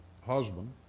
husband